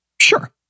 sure